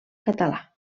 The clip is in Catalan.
català